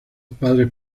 padres